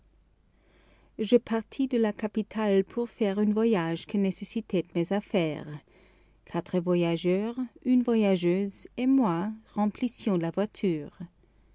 je partis de la capitale pour faire un voyage que nécessitait mes affaires quatre voyageurs une voyageuse et moi remplissions la voiture